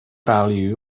value